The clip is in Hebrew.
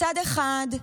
מצד אחד,